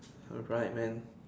alright man